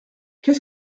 qu’est